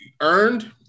earned